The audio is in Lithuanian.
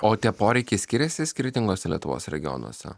o tie poreikiai skiriasi skirtingose lietuvos regionuose